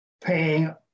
paying